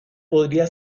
podría